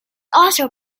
also